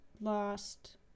lost